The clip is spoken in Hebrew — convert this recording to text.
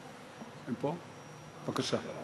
בבקשה.